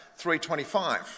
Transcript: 325